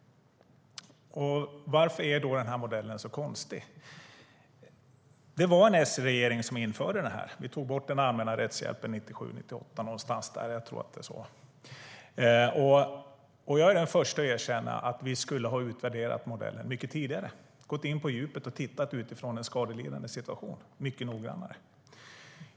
Varför är den här modellen så konstig? Det var en S-regering som införde den. Vi tog bort den allmänna rättshjälpen någon gång 1997 eller 1998. Jag är den första att erkänna att vi borde ha utvärderat modellen mycket tidigare och gått in på djupet och tittat utifrån den skadelidandes situation mycket noggrannare.